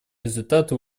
результаты